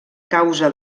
causa